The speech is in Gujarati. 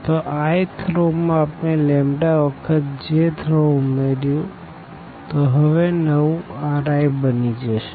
તો i th રો માં આપણે લેમ્બ્ડાવખત j th રો ઉમેર્યું છે તો હવે નવું Ri બની જશે